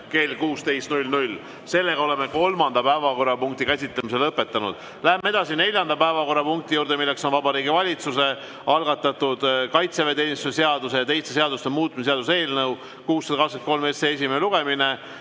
kell 16. Oleme kolmanda päevakorrapunkti käsitlemise lõpetanud. Läheme neljanda päevakorrapunkti juurde: Vabariigi Valitsuse algatatud kaitseväeteenistuse seaduse ja teiste seaduste muutmise seaduse eelnõu 623 esimene lugemine.